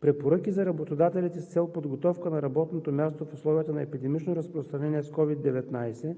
препоръки за работодателите с цел подготовка на работното място в условията на епидемично разпространение на COVID-19,